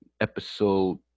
episode